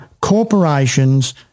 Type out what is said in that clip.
corporations